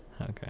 Okay